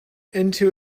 into